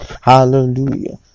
hallelujah